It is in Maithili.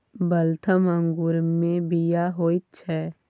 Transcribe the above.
वाल्थम अंगूरमे बीया होइत छै